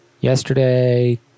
Yesterday